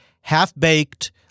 half-baked